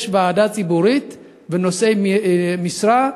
יש ועדה ציבורית ונושאי משרה,